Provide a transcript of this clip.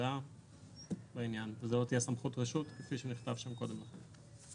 הודעה בעניין וזאת לא תהיה סמכות רשות כפי שנכתב שם קודם לכן.